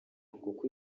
kuko